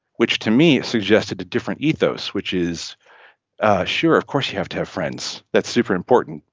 which to me suggested a different ethos, which is sure, of course you have to have friends, that's super important.